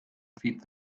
feed